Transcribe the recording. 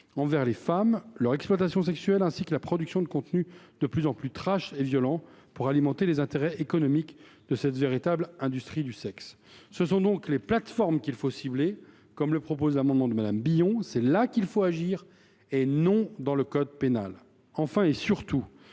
envers les femmes, leur exploitation sexuelle, ainsi que la production de contenus de plus en plus trash et violents pour alimenter les intérêts économiques de cette véritable industrie du sexe. Ce sont donc les plateformes qu’il faut cibler, comme le propose Mme Billon au travers de son amendement. C’est là qu’il faut agir et non dans le code pénal. Enfin et surtout,